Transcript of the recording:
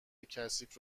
کثیف